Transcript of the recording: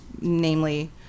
namely